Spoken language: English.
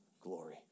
glory